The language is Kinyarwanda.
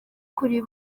kuri